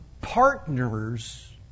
partners